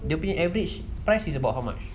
you mean average price is about how much